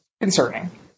concerning